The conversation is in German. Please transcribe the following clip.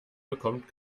bekommt